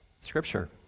Scripture